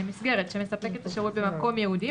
שמספקת השירות במקום ייעודי,